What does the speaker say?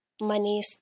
money